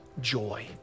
joy